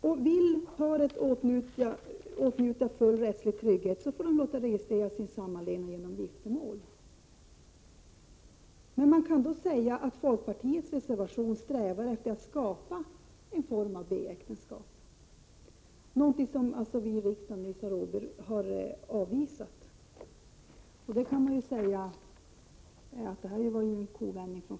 Om ett par vill åtnjuta full rättslig trygghet får det låta registrera sin sammanlevnad genom giftermål. Folkpartiet strävar i sin reservation efter att skapa en form av B äktenskap, vilket riksdagen nyligen har avvisat. Folkpartiet har alltså gjort en kovändning.